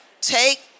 Take